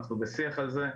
ואנחנו בשיח על זה,